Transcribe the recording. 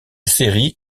série